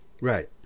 Right